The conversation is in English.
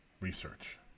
research